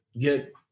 get